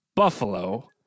Buffalo